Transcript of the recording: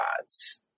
gods